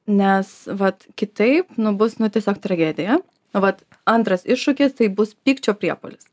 nes vat kitaip nu bus nu tiesiog tragedija nu vat antras iššūkis tai bus pykčio priepuolis